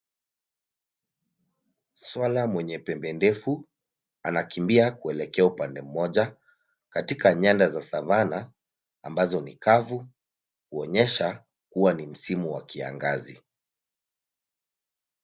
Swara mwenye pembe ndefu, anakimbia kuelekea upande mmoja, katika nyanda za Savannah , ambazo ni kavu, huonyesha, kuwa ni msimu wa kiangazi.